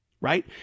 right